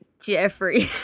Jeffrey